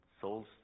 souls